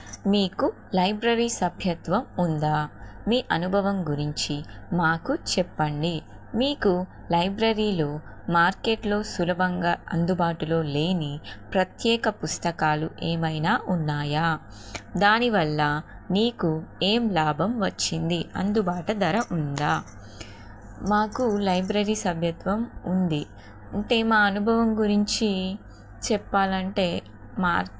మీకు లైబ్రరీ సభ్యత్వం ఉందా మీ అనుభవం గురించి మాకు చెప్పండి మీకు లైబ్రరీలో మార్కెట్లో సులభంగా అందుబాటులో లేని ప్రత్యేక పుస్తకాలు ఏమైనా ఉన్నాయా దానివల్ల మీకు ఏం లాభం వచ్చింది అందుబాటు ధర ఉందా మాకు లైబ్రరీ సభ్యత్వం ఉంది ఉంటే మా అనుభవం గురించి చెప్పాలంటే మా